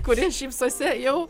kuri šypsosi jau